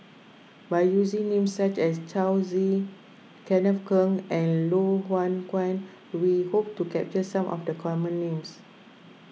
by using names such as Yao Zi Kenneth Keng and Loh Hoong Kwan we hope to capture some of the common names